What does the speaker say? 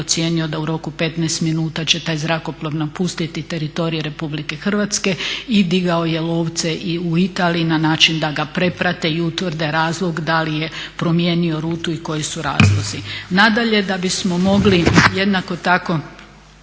procijenio da u roku 15 minuta će taj zrakoplov napustiti teritorij Republike Hrvatske i digao je lovce i u Italiji na način da ga preprate i utvrde razlog da li je promijenio rutu i koji su razlozi. Nadalje da bismo mogli jednako tako